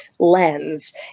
lens